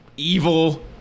evil